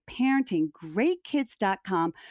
ParentingGreatKids.com